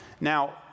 Now